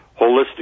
Holistic